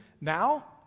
now